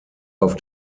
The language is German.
auf